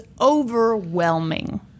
overwhelming